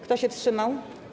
Kto się wstrzymał?